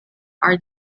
are